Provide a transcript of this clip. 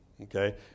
okay